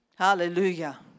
Hallelujah